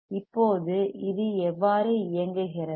இப்போது இது எவ்வாறு இயங்குகிறது